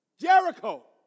Jericho